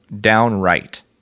downright